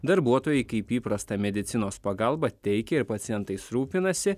darbuotojai kaip įprasta medicinos pagalbą teikia ir pacientais rūpinasi